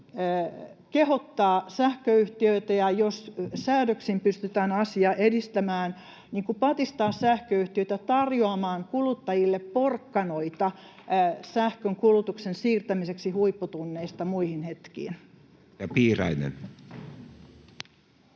pitäisi nyt — ja jos säädöksin pystytään asiaa edistämään — kehottaa ja patistaa sähköyhtiöitä tarjoamaan kuluttajille porkkanoita sähkönkulutuksen siirtämiseksi huipputunneista muihin hetkiin. [Speech